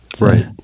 right